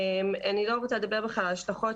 אני לא רוצה לדבר בכלל על ההשלכות